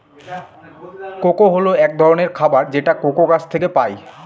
cocoa হল এক ধরনের খাবার যেটা কোকো গাছ থেকে পায়